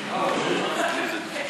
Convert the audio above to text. מסתירים לי את השר.